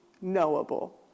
knowable